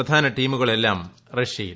പ്രധാന ടീമുകളെല്ലാം റഷ്യയിൽ